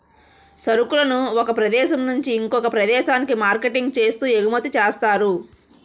సరుకులను ఒక ప్రదేశం నుంచి ఇంకొక ప్రదేశానికి మార్కెటింగ్ చేస్తూ ఎగుమతి చేస్తారు